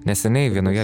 neseniai vienoje